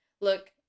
look